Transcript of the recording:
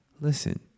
Listen